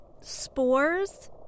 spores